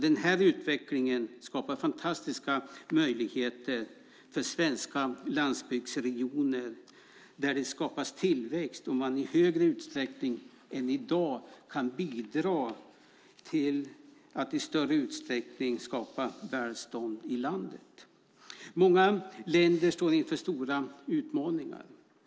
Denna utveckling skapar fantastiska möjligheter för svenska landsbygdsregioner där det skapas tillväxt och där man i högre utsträckning än i dag kan bidra till det svenska välståndet. Många länder står inför stora utmaningar.